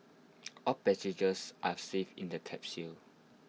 all passengers are safe in the capsule